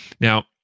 Now